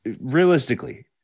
realistically